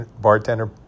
bartender